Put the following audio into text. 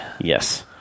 Yes